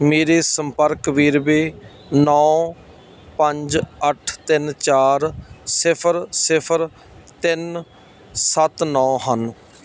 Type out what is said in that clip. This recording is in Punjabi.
ਮੇਰੇ ਸੰਪਰਕ ਵੇਰਵੇ ਨੌਂ ਪੰਜ ਅੱਠ ਤਿੰਨ ਚਾਰ ਸਿਫਰ ਸਿਫਰ ਤਿੰਨ ਸੱਤ ਨੌਂ ਹਨ